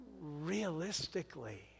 realistically